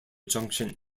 junction